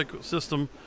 system